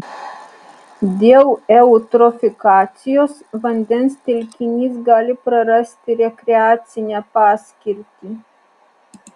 dėl eutrofikacijos vandens telkinys gali prarasti rekreacinę paskirtį